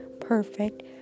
perfect